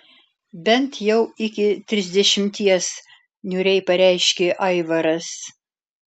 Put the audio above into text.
bent jau iki trisdešimties niūriai pareiškė aivaras